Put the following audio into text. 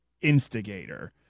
instigator